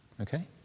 Okay